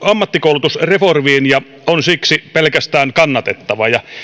ammattikoulutusreformiin ja on siksi pelkästään kannatettava